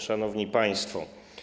Szanowni Państwo!